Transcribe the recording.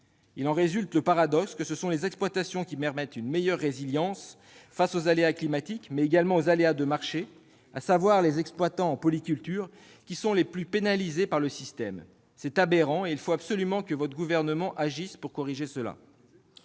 Il en résulte un paradoxe : ce sont les exploitations présentant une meilleure résilience face aux aléas tant climatiques que de marché, à savoir celles de polyculture, qui sont les plus pénalisées par le système. C'est aberrant ! Il faut absolument que le Gouvernement agisse pour corriger cela.